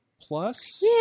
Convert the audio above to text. plus